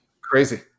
Crazy